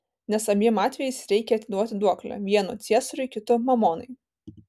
nes abiem atvejais reikia atiduoti duoklę vienu ciesoriui kitu mamonai